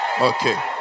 okay